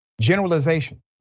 Generalization